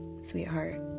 sweetheart